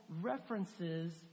references